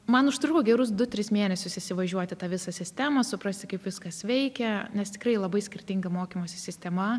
man užtruko gerus du tris mėnesius įsivažiuot į tą visą sistemą suprasti kaip viskas veikia nes tikrai labai skirtinga mokymosi sistema